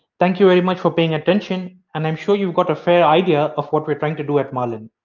thank you very much for paying attention and i'm sure you've got a fair idea of what we're trying to do at marlin.